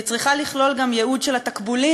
היא צריכה לכלול גם ייעוד של התקבולים,